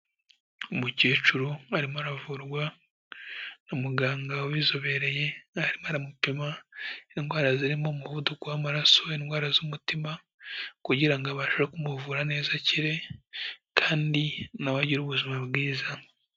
Umukecuru arimo aravurwa, umuganga ubizobereye arimo aramupima indwara zirimo umuvuduko w'amaraso, indwara z'umutima, kugira ngo abashe kumuvura neza akire, kandi na we agire ubuzima bwiza.